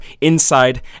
inside